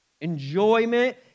Enjoyment